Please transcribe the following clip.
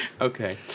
Okay